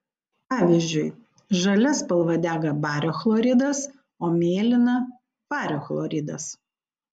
pavyzdžiui žalia spalva dega bario chloridas o mėlyna vario chloridas